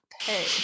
pay